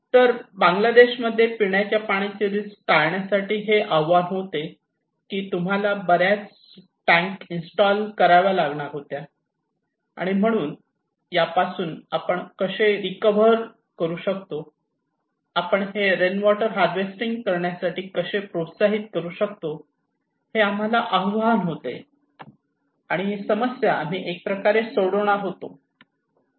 तर बांगलादेशामध्ये पिण्याच्या पाण्याची रिस्क टाळण्यासाठी हे आव्हान होते की तुम्हाला बऱ्याच बऱ्याच टॅंक इंस्टॉल कराव्या लागणार होत्या आणि म्हणून या पासून आपण कसे रिकव्हर करू शकतो आपण हे रेन वॉटर हार्वेस्टिंग करण्यासाठी कसे प्रोत्साहित करू शकतो हे आम्हाला आव्हान होते आणि ही समस्या आम्ही कशाप्रकारे सोडवणार होतो